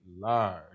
large